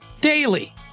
Daily